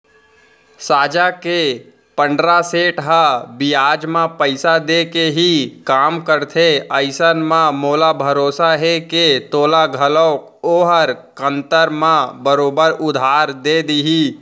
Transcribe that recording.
साजा के पंडरा सेठ ह बियाज म पइसा देके ही काम करथे अइसन म मोला भरोसा हे के तोला घलौक ओहर कन्तर म बरोबर उधार दे देही